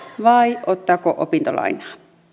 vai ottaako opintolainaa